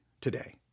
today